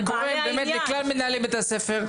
אני קורא לכלל מנהלי בית הספר,